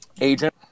agent